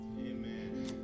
Amen